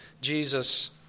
Jesus